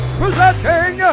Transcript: presenting